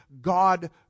God